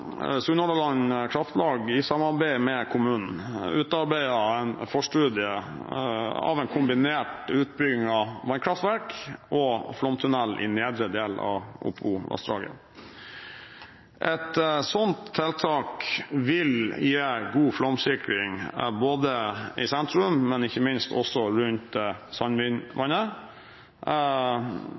Kraftlag i samarbeid med kommunen utarbeidet en forstudie av en kombinert utbygging av vannkraftverk og flomtunnel i nedre del av Opovassdraget. Et slikt tiltak vil gi god flomsikring både i sentrum og ikke minst også rundt Sandvinvannet,